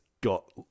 got